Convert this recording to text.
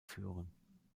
führen